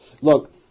Look